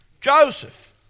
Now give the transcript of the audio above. Joseph